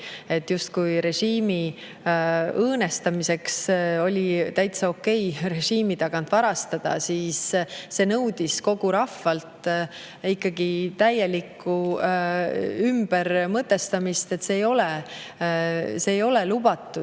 Režiimi õõnestamiseks oli täitsa okei režiimi tagant varastada ja see nõudis kogu rahvalt ikkagi täielikku ümbermõtestamist, et enam see ei ole lubatud.